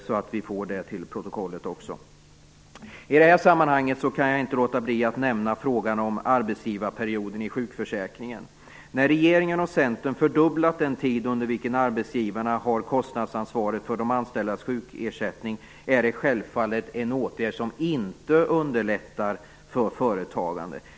Jag kan heller inte i detta sammanhang låta bli att ta upp frågan om arbetsgivarperioden i sjukförsäkringen. Att regeringen och Centern har fördubblat den tid under vilken arbetsgivarna har kostnadsansvaret för de anställdas sjukersättning är självfallet en åtgärd som inte underlättar företagandet.